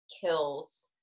Kills